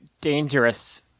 dangerous